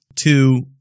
Two